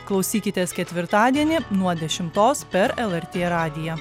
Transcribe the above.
klausykitės ketvirtadienį nuo dešimtos per lrt radiją